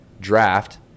draft